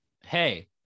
Hey